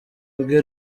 bwe